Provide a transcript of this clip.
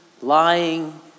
lying